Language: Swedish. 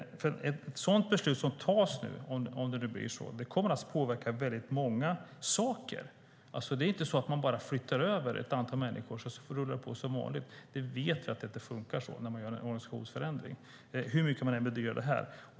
Om beslutet tas kommer det att påverka många saker. Det är inte bara att flytta över ett antal människor, och sedan rullar det på som vanligt. Vi vet att det inte funkar så när man gör en organisationsförändring, hur mycket man än bedyrar det här.